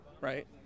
right